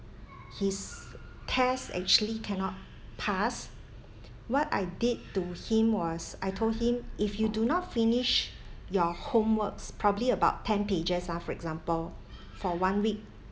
his test actually cannot pass what I did to him was I told him if you do not finish your homeworks probably about ten pages ah for example for one week